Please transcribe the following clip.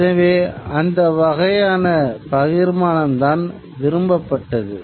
எனவே அந்த வகையான பகிர்மானம்தான் விரும்பப்பட்டது